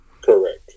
Correct